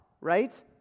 right